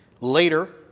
Later